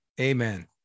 Amen